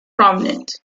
prominent